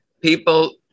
people